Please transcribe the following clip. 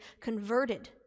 converted